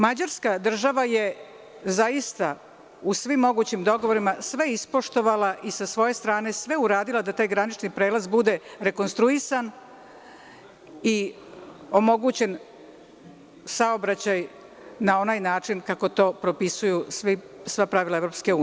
Mađarska država je zaista u svim mogućim dogovorima sve ispoštovala i sa svoje strane sve uradila da taj granični prelaz bude rekonstruisan i omogućen saobraćaj na onaj način kako to propisuju sva pravila EU.